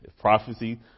Prophecy